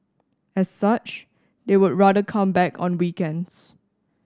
as such they would rather come back on weekends